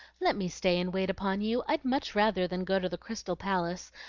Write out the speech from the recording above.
let me stay and wait upon you i'd much rather than go to the crystal palace,